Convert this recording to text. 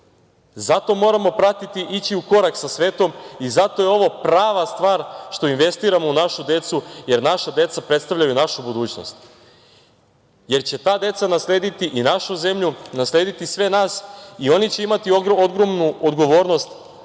Zato moramo pratiti i ići u korak sa svetom. Zato je ovo prava stvar, što investiramo u našu decu, jer naša deca predstavljaju našu budućnost, jer će ta deca naslediti i našu zemlju, naslediti sve nas i oni će imati ogromnu odgovornost